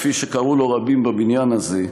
כפי שקראו לו רבים בבניין הזה,